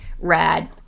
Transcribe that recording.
rad